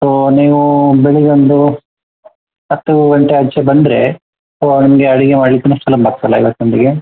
so ನೀವು ಬೆಳಿಗ್ಗೆ ಒಂದು ಹತ್ತು ಗಂಟೆ ಆಚೆ ಬಂದರೆ ಸೋ ನಿಮಗೆ ಅಡಿಗೆ ಮಾಡಲಿಕ್ಕೆಲ್ಲ ಸುಲಭ ಆಗ್ತದಲ್ಲ ಐವತ್ತು ಮಂದಿಗೆ